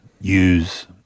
use